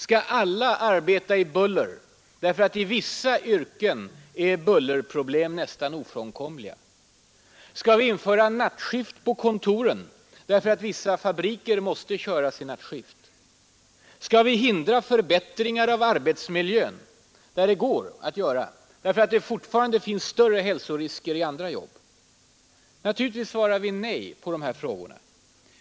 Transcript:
Skall alla arbeta i buller därför att bullerproblem är ofrånkomliga i vissa yrken? Skall vi införa nattskift på kontoren därför att vissa fabriker måste köra i nattskift? Skall vi hindra förbättringar av arbetsmiljön där det går därför att det fortfarande finns större hälsorisker i andra jobb? Naturligtvis svarar vi nej på de här frågorna.